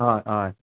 हय हय